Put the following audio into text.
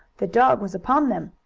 the dog was upon them.